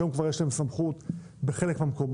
שהיום כבר יש להם סמכות בחלק מהמקומות,